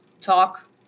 talk